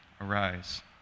arise